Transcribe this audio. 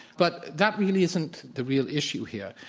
but that really isn't the real issue here.